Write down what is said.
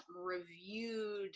reviewed